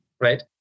right